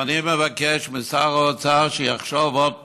ואני מבקש משר האוצר שיחשוב עוד פעם,